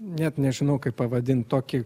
net nežinau kaip pavadint tokį